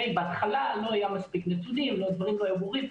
בהתחלה לא היה מספיק נתונים, דברים לא היו ברורים.